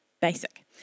basic